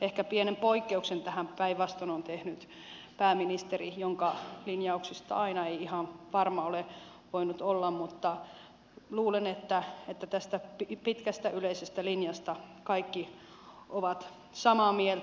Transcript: ehkä pienen poikkeuksen tähän on tehnyt päinvastoin pääministeri jonka linjauksista ei aina ihan varma ole voinut olla mutta luulen että tästä pitkästä yleisestä linjasta kaikki ovat samaa mieltä